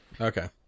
Okay